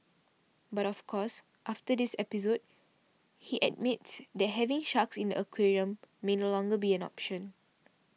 but of course after this episode he admits that having sharks in the aquarium may no longer be an option